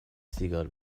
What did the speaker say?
سیگار